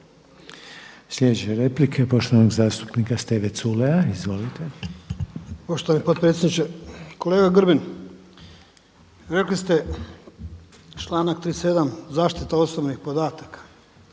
Sljedeća replika je poštovanog zastupnika Steve Culeja. Izvolite. **Culej, Stevo (HDZ)** Poštovani potpredsjedniče. Kolega Grbin, rekli ste članak 37. zaštita osobnih podataka.